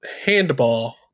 handball